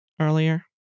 earlier